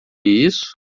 isso